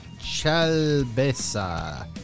Chalbesa